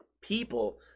people